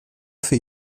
für